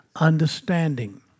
Understanding